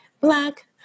black